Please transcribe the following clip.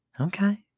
Okay